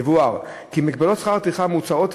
יובהר כי הגבלות שכר הטרחה המוצעות,